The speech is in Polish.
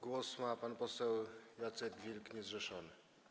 Głos ma pan poseł Jacek Wilk, niezrzeszony.